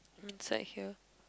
I'm inside here